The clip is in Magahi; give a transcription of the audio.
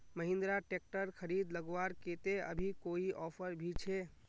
महिंद्रा ट्रैक्टर खरीद लगवार केते अभी कोई ऑफर भी छे?